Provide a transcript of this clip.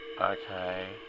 Okay